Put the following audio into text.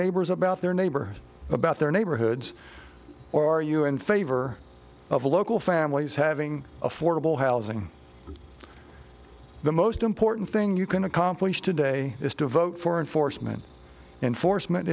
neighbors about their neighbor about their neighborhoods or are you in favor of local families having affordable housing the most important thing you can accomplish today is to vote for enforcement enforcement